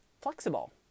flexible